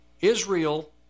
Israel